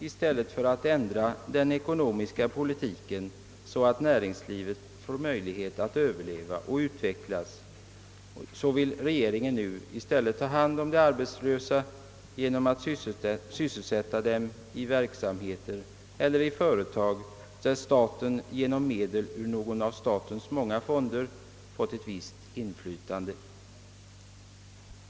I stället för att ändra den ekonomiska politiken så att näringslivet får möjlighet att överleva och utvecklas vill regeringen nu ta hand om de arbetslösa genom att sysselsätta dem i verksamheter, där staten genom någon av sin många fonder fått ett visst inflytande.